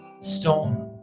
storm